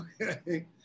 Okay